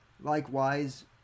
Likewise